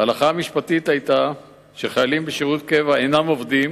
ההלכה המשפטית היתה שחיילים בשירות קבע אינם עובדים,